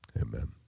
Amen